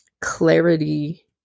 clarity